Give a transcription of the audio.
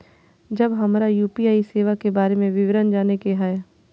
जब हमरा यू.पी.आई सेवा के बारे में विवरण जाने के हाय?